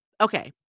Okay